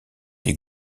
des